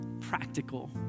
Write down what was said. practical